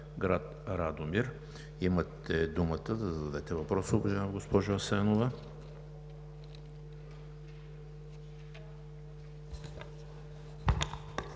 град Радомир. Имате думата да зададете въпроса си, уважаема госпожо Асенова.